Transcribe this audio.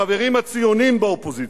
החברים הציונים באופוזיציה,